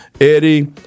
eddie